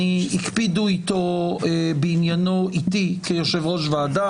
הקפידו איתו בעניינו איתי כיושב-ראש ועדה,